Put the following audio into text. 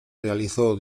realizó